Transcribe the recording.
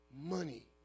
money